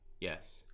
Yes